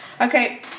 Okay